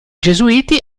gesuiti